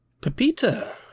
Pepita